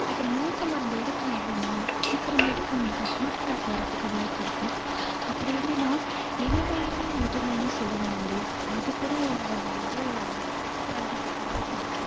இப்போ நம்ம ஊக்க மருந்து எடுக்கறோம் அப்படினா சீக்கரமேட்டுக்கு அவங்களுக்கு ஹார்ட் அட்டாக் வரத்துக்கு வாய்ப்பிருக்குது அப்படி இல்லைனா இனிமைலி முதுமைனு சொல்லுவாங்கல்லயா அது கூட அவங்க வந்து பண்ணுறதுக்கு வாய்ப்பிருக்குது